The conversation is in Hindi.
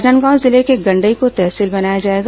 राजनांदगांव जिले के गंडई को तहसील बनाया जाएगा